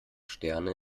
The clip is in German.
sterne